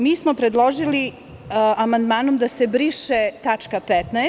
Mi smo predložili amandmanom da se briše tačka 15.